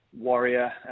warrior